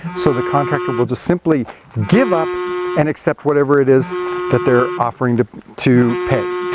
so the contractor will just simply give up and accept whatever it is that they're offering to to pay.